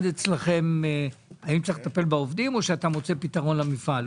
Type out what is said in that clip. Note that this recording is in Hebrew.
שלכם האם צריך לטפל בעובדים או שהוא מוצא פתרון למפעל?